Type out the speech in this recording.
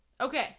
Okay